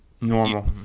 normal